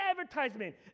advertisement